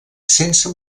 sense